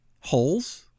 holes